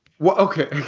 Okay